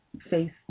Face